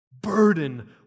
Burden